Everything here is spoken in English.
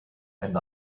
and